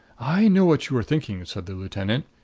i know what you are thinking, said the lieutenant.